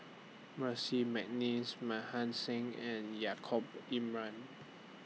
Percy Mcneice Mohan Singh and Yaacob